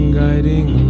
guiding